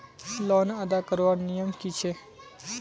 Loan अदा करवार नियम की छे?